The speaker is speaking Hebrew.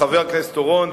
חבר הכנסת אורון,